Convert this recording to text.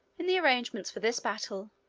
in the arrangements for this battle,